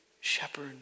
shepherd